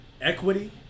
equity